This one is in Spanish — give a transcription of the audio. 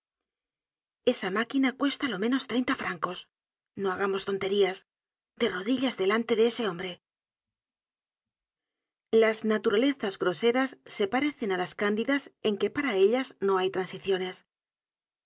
esa máquina cuesta lo menos treinta fifancds no ha gamos tonterías de rodillas delante de ese hombre las naturalezas groseras se parecen á las cándidas en que para ellas no hay transiciones